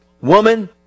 woman